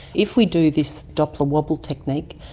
if we do this doppler wobble technique,